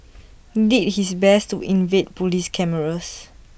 did his best to evade Police cameras